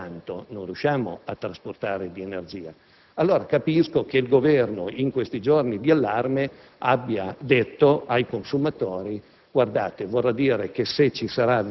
per quattro elettrodotti; più di tanta energia non riusciamo a trasportare. Allora, capisco che il Governo, in questi giorni di allarme, abbia detto ai consumatori